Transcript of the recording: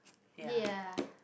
ya